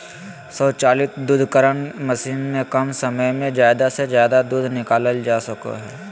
स्वचालित दुग्धकरण मशीन से कम समय में ज़्यादा से ज़्यादा दूध निकालल जा सका हइ